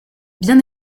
bien